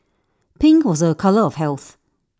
pink was A colour of health